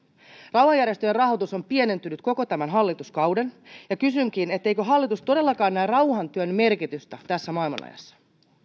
rauhanjärjestöjen rahoitus on pienentynyt koko tämän hallituskauden ja kysynkin eikö hallitus todellakaan näe rauhantyön merkitystä tässä maailmanajassa